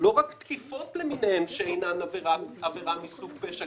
לא רק תקיפות למיניהן שאינן עבירה מסוג פשע,